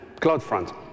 CloudFront